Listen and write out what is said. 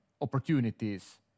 opportunities